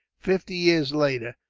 fifty years later,